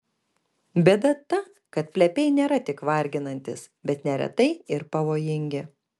bėda ta kad plepiai nėra tik varginantys bet neretai ir pavojingi